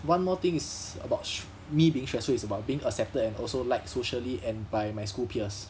one more thing is about sh~ me being stressful is about being accepted and also liked socially and by my school peers